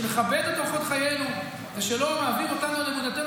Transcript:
שיכבד את אורחות חיינו ושלא יעביר אותנו על אמונתנו